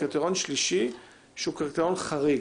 וקריטריון שלישי שהוא קריטריון חריג.